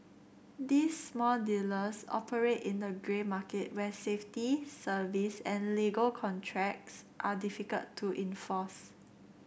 these small dealers operate in the grey market where safety service and legal contracts are difficult to enforce